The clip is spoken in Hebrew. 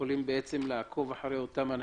כדי לעקוב אחרי אותם אנשים,